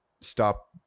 stop